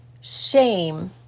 shame